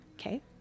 Okay